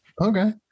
Okay